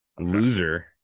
Loser